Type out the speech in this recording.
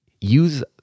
use